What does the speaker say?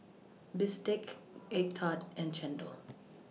Bistake Egg Tart and Chendol